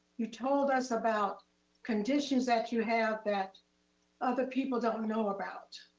you told us about conditions that you have that other people don't know about.